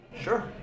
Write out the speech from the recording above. Sure